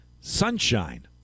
sunshine